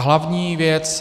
Hlavní věc.